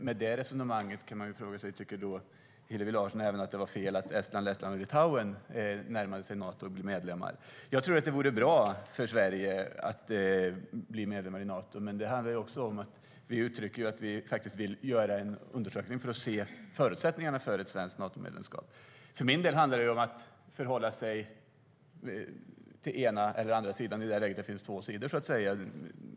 Med det resonemanget kan man fråga sig: Tycker Hillevi Larsson även att det var fel att Estland, Lettland och Litauen närmade sig Nato och blev medlemmar? För min del handlar det om att förhålla sig till den ena eller den andra sidan i ett läge där det finns två sidor.